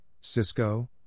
Cisco